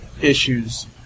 issues